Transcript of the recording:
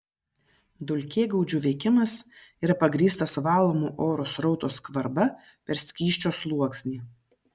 dulkėgaudžių veikimas yra pagrįstas valomo oro srauto skvarba per skysčio sluoksnį